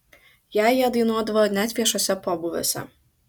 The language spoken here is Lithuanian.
ją jie dainuodavo net viešuose pobūviuose